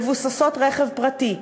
מבוססות רכב פרטי,